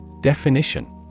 Definition